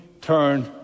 turn